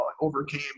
overcame